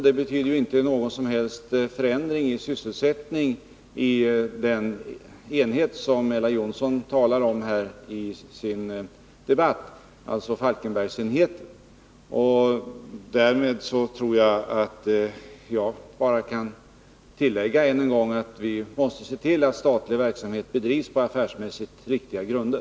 Det betyder inte någon som helst förändring i sysselsättningen vid den enhet som Ella Johnsson talar om i sitt inlägg, Falkenbergsenheten. Därmed vill jag bara än en gång tillägga att vi måste se till att statlig verksamhet bedrivs på affärsmässigt riktiga grunder.